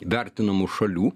vertinamų šalių